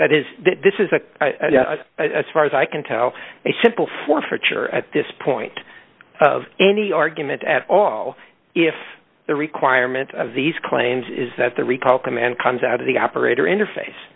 that is this is a as far as i can tell a simple forfeiture at this point of any argument at all if the requirement of these claims is that the recall command comes out of the operator interface